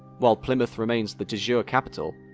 while plymouth remains the de jure capital,